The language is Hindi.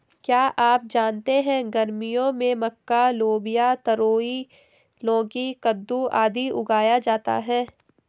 क्या आप जानते है गर्मियों में मक्का, लोबिया, तरोई, लौकी, कद्दू, आदि उगाया जाता है?